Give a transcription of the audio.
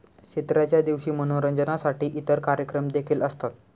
क्षेत्राच्या दिवशी मनोरंजनासाठी इतर कार्यक्रम देखील असतात